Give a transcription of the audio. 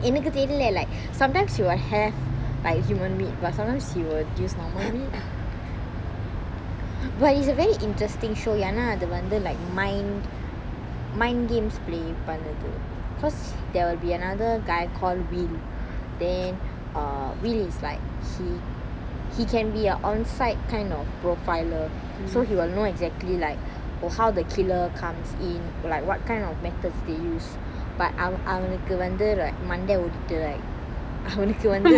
எனக்கு தெரியல:enakku theriyala like sometimes he will have like human meat but sometimes he will use normal meat but it's a very interesting show ஏன்னா அது வந்து:eanna athu vanthu like mind mind games play பண்ணுது:pannuthu cause there will be another guy call winn then uh winn is like he can be an onsite kind of profiler so he will know exactly like how the killer comes in like what kind of methods they use but அவ அவனுக்கு வந்து:ava avanukku vanthu right மண்ட ஓடிட்டு:manda odittu right அவனுக்கு வந்து:avanukku vanthu